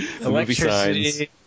Electricity